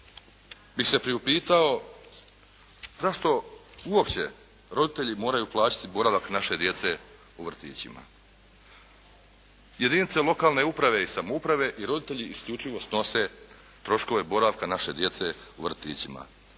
bih se priupitao zašto uopće roditelji moraju plaćati boravak naše djece u vrtićima. Jedinice lokalne uprave i samouprave i roditelji isključivo snose troškove boravka naše djece u vrtićima.